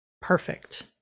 perfect